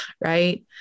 Right